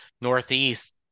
Northeast